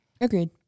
Agreed